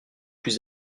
plus